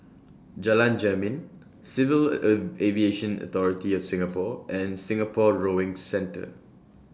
Jalan Jermin Civil Aviation Authority of Singapore and Singapore Rowing Centre